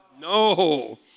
No